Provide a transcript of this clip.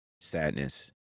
Sadness